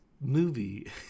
movie